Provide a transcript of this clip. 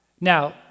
Now